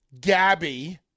Gabby